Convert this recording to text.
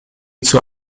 zur